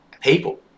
people